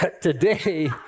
Today